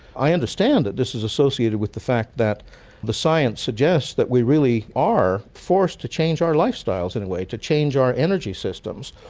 i understand that this is associated with the fact that the science suggests that we really are forced to change our lifestyles, in a way, to change our energy systems,